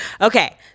Okay